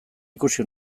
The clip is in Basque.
ikusi